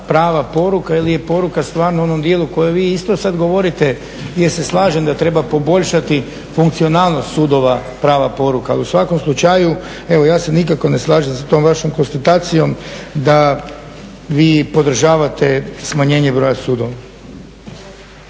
prava poruka ili je poruka stvarno u onom dijelu o kojem vi isto sada govorite jer se slažem da treba poboljšati funkcionalnost sudova, prava poruka. U svakom slučaju, evo ja se nikako ne slažem sa tom vašom konstatacijom da vi podržavate smanjenje broja sudova.